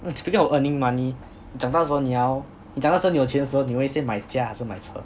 oh speaking of earning money 你长到时候你要你长大之后又有钱时候你会先买家还是买车